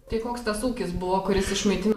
tai koks tas ūkis buvo kuris išmaitino